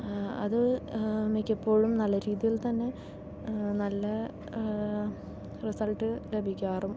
അത് മിക്കപ്പോഴും നല്ല രീതിയിൽ തന്നെ നല്ല റിസൾട്ട് ലഭിക്കാറും ഉണ്ട്